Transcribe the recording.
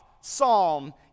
psalm